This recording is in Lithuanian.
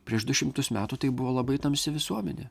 prieš du šimtus metų tai buvo labai tamsi visuomenė